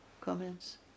Comments